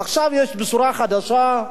עכשיו יש בשורה חדשה,